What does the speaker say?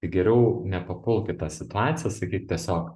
tai geriau nepapulk į tą situaciją sakyk tiesiog